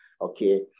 okay